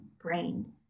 brain